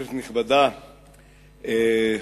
כנסת נכבדה,